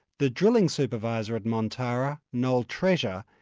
the drilling supervisor at montara, noel treasure,